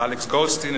Alex Glostein,